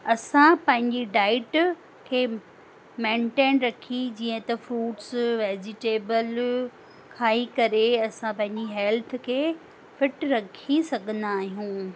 असां पंहिंजी डाइट खे मेनटेन रखी जीअं त फ़्रूट्स वेज़ीटेबिल खाई करे असां पंहिंजी हेल्थ खे फ़िट रखी सघंदा आहियूं